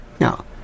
No